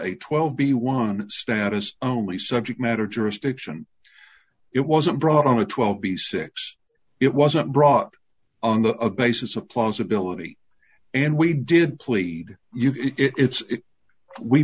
a twelve b one status only subject matter jurisdiction it wasn't brought on a twelve b six it wasn't brought on the basis of plausibility and we did plead it's we